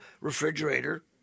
refrigerator